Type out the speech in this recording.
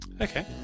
Okay